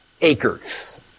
acres